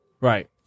right